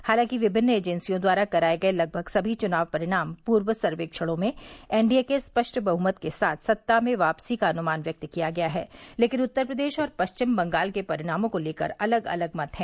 हालांकि विभिन्न एंजेसियों द्वारा कराए गए लगभग सभी चुनाव परिणाम पूर्व सर्वेक्षणों में एनडीए के स्पष्ट बहुमत के साथ सत्ता में वापसी का अनुमान व्यक्त किया गया है लेकिन उत्तर प्रदेश और पश्चिम बंगाल के परिणामों को लेकर अलग अलग मत हैं